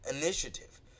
initiative